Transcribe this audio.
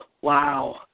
Wow